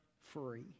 free